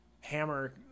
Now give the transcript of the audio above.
hammer